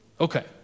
Okay